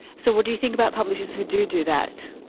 so what do you think about publishers who do do that?